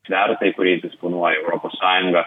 svertai kuriais disponuoja europos sąjunga